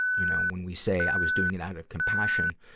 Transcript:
you know, when we say i was doing it out of compassion,